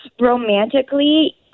romantically